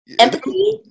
empathy